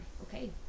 okay